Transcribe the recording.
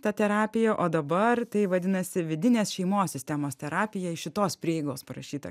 ta terapija o dabar tai vadinasi vidinės šeimos sistemos terapija iš šitos prieigos parašyta